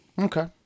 Okay